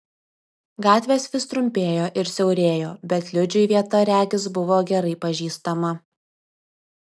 gatvės vis trumpėjo ir siaurėjo bet liudžiui vieta regis buvo gerai pažįstama